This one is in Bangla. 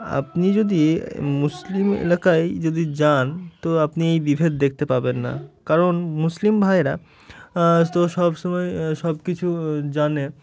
আপনি যদি মুসলিম এলাকায় যদি যান তো আপনি এই বিভেদ দেখতে পাবেন না কারণ মুসলিম ভাইয়েরা তো সবসময় সব কিছু জানে